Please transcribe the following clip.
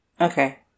Okay